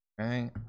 Okay